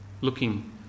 looking